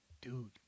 Dude